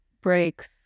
breaks